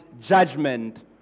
judgment